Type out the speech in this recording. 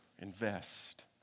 invest